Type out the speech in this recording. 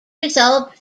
result